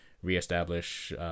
Reestablish